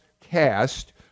cast